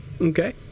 Okay